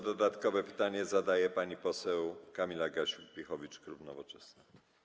Dodatkowe pytanie zadaje pani poseł Kamila Gasiuk-Pihowicz, klub Nowoczesna.